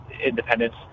independence